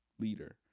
leader